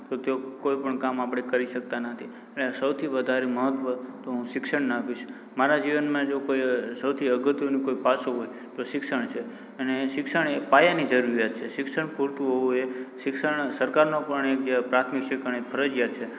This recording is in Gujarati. તો તેવું કોઈ પણ કામ આપણે કરી શકતા નથી અને સૌથી વધારે મહત્ત્વ તો હું શિક્ષણને આપીશ મારા જીવનમાં જો કોઈ સૌથી અગત્યનું કોઈ પાસું હોય તો શિક્ષણ છે અને શિક્ષણ એ પાયાની જરૂરિયાત છે શિક્ષણ ખોટું હોવું એ શિક્ષણ સરકારનો પણ એમ કે પ્રાથમિક શિક્ષણ ફરજિયાત છે